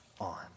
on